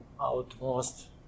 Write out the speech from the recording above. outmost